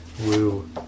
woo